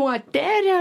nuo tere